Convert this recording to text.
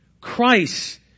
Christ